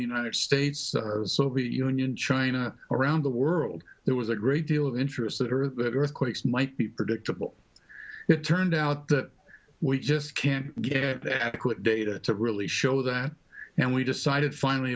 the united states soviet union china around the world there was a great deal of interest that are that earthquakes might be predictable it turned out that we just can't get adequate data to really show that and we decided finally